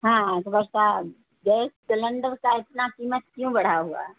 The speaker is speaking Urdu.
ہاں اصگر صاحب گیس سلینڈر کا اتنا قیمت کیوں بڑھا ہوا ہے